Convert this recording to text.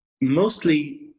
mostly